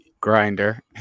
Grinder